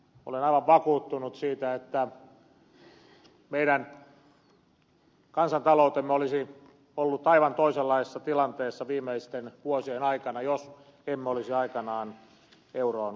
olen aivan vakuuttunut siitä että meidän kansantaloutemme olisi ollut aivan toisenlaisessa tilanteessa viimeisten vuosien aikana jos emme olisi aikanaan euroon liittyneet